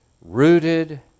Rooted